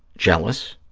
jealous,